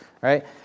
right